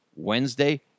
Wednesday